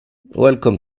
welcome